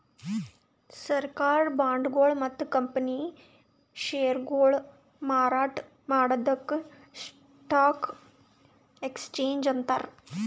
ಸರ್ಕಾರ್ ಬಾಂಡ್ಗೊಳು ಮತ್ತ್ ಕಂಪನಿ ಷೇರ್ಗೊಳು ಮಾರಾಟ್ ಮಾಡದಕ್ಕ್ ಸ್ಟಾಕ್ ಎಕ್ಸ್ಚೇಂಜ್ ಅಂತಾರ